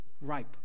ripe